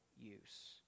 use